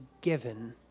given